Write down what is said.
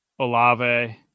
Olave